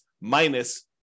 minus